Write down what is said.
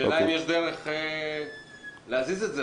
השאלה אם יש דרך להזיז את זה.